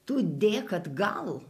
tu dėk atgal